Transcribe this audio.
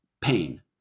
pain